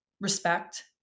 respect